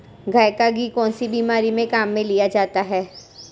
गाय का घी कौनसी बीमारी में काम में लिया जाता है?